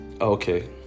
Okay